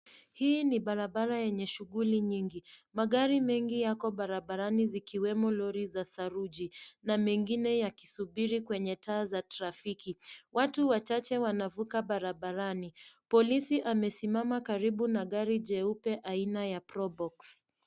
Hii ni barabara yenye shughuli nyingi. Magari mengi yako barabarani zikiwemo lori za saruji na mengine yakisubiri kwenye taa za trafiki. Watu wachache wanavuka barabarani. Polisi amesimama karibu gari jeupe aina ya Probox.